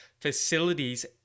facilities